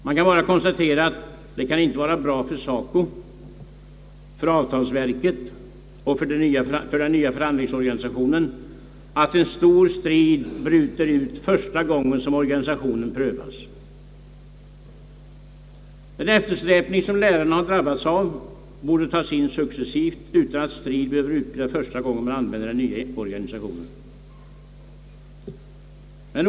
Jag vill bara konstatera att det inte kan vara bra för SACO, för avtalsver ket och för den nya förhandlingsorganisationen att en stor strid bryter ut första gången som organisationen prövas, Den eftersläpning som lärarna har drabbats av borde tas igen successivt utan att strid bryter ut första gången man använder den nya organisationen.